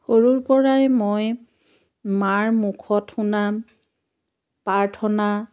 সৰুৰ পৰাই মই মাৰ মুখত শুনা প্ৰাৰ্থনা